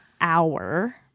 hour